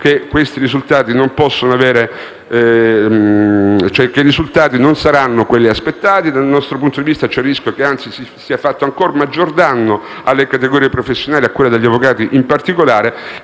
che i risultati non saranno quelli attesi; dal nostro punto di vista c'è anzi il rischio che sia fatto ancora maggior danno alle categorie professionali, a quella degli avvocati in particolare.